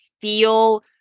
feel